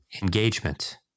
engagement